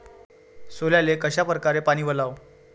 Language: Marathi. सोल्याले कशा परकारे पानी वलाव?